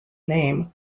name